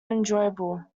enjoyable